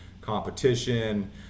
competition